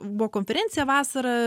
buvo konferencija vasarą